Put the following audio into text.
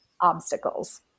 obstacles